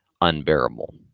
unbearable